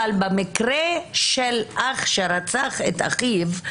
במקרה של אח שרצח את אחיו,